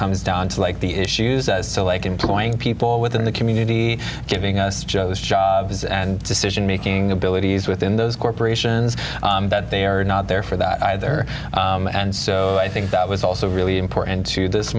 comes down to like the issues like employing people within the community giving us joe's jobs and decision making abilities within those corporations that they are not there for that either and so i think that was also really important to this